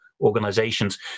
organizations